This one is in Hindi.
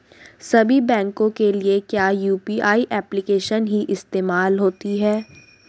सभी बैंकों के लिए क्या यू.पी.आई एप्लिकेशन ही इस्तेमाल होती है?